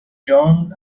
john